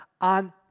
on